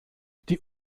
die